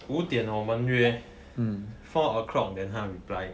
五点我们约 four o'clock then 她 reply